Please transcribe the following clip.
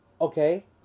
Okay